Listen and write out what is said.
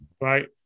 right